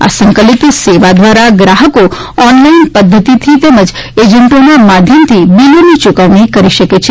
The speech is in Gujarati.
આ સંકલિત સેવા દ્વારા ગ્રાહકો ઓન લાઇન પધ્ધતીથિ તેમજ એજન્ટોના માધ્યમથી બીલોની ચુકવણી કરી શકે છે